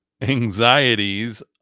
anxieties